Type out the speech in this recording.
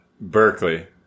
Berkeley